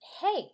hey